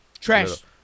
trash